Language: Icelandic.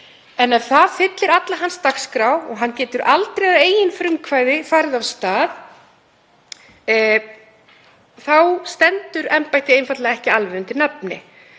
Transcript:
en ef það fyllir alla hans dagskrá og hann getur aldrei að eigin frumkvæði farið af stað þá stendur embættið einfaldlega ekki alveg undir nafni.